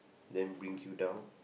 then bring you down